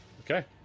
Okay